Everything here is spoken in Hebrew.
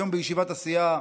היום בישיבת הסיעה